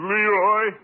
Leroy